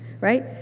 right